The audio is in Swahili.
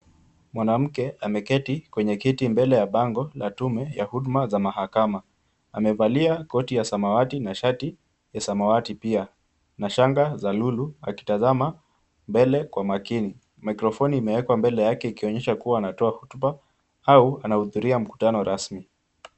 Mwanamke ameketi kwenye kiti mbele ya bango ya tume ya huduma za mahakama. Amevalia koti ya samawati na shati ya samawati pia na shanga za lulu akitazama mbele kwa makini. Maikrofoni imewekwa mbele yake ikionyesha kuwa anatoa hotuba au anahudhuria mkutano rasmi.